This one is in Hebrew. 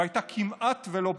והייתה כמעט ולא פגיעה.